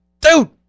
dude